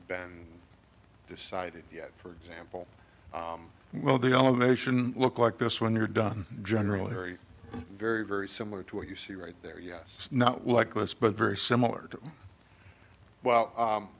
been decided yet for example well the elevation look like this when you're done generally very very very similar to what you see right there yes not like us but very similar to well